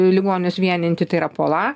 ligonius vienijanti tai yra pola